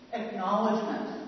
acknowledgement